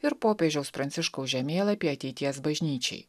ir popiežiaus pranciškaus žemėlapį ateities bažnyčiai